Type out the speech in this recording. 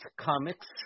comics